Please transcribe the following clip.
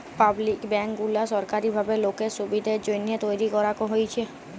public bank গুলা সরকারি ভাবে লোকের সুবিধের জন্যহে তৈরী করাক হয়েছে